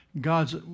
God's